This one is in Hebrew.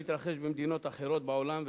למתרחש במדינות אחרות בעולם,